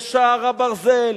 יש שער הברזל,